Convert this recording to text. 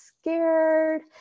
scared